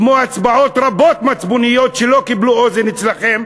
כמו הצבעות רבות מצפוניות שלא קיבלו אוזן אצלכם.